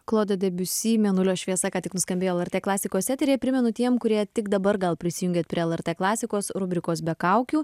klodo debiusi mėnulio šviesa ką tik nuskambėjo lrt klasikos eteryje primenu tiem kurie tik dabar gal prisijungėt prie lrt klasikos rubrikos be kaukių